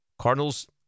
Cardinals